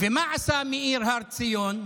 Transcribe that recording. ומה עשה מאיר הר-ציון?